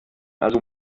also